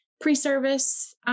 pre-service